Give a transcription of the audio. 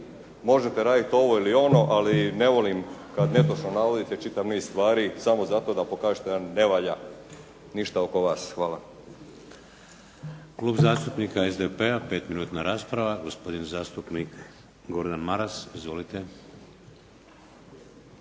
Možete raditi ovo ili ono, ali ne volim kada netočno navodite čitav niz stvari samo zato da pokažete da ne valja ništa oko vas. Hvala.